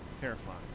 terrifying